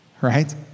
right